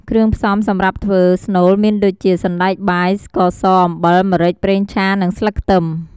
គ្រឿងផ្សំសម្រាប់ធ្វើស្នូលមានដូចជា សណ្តែកបាយ ស្ករសអំបិល ម្រេច ប្រេងឆា និងស្លឹកខ្ទឹម។